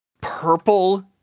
purple